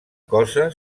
cosa